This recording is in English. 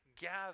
gather